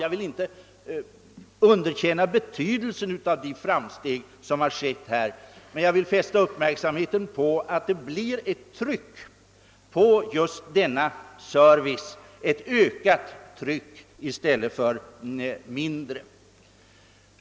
Jag vill inte underkänna betydelsen av de gjorda framstegen men vill fästa uppmärksamheten på att det blir ett ökat tryck på just denna service och alltså ingen lindring.